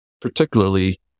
particularly